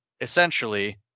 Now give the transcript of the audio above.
essentially